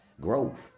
Growth